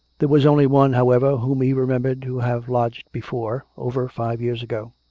there was only one, however, whom he remembered to have lodged before, over five years ago.